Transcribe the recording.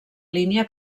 línia